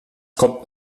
kommt